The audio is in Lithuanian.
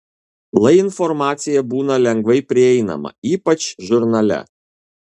lai informacija būna lengvai prieinama ypač žurnale